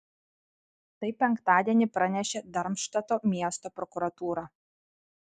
tai penktadienį pranešė darmštato miesto prokuratūra